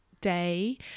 Day